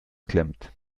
klemmt